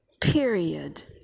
period